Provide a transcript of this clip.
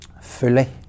fully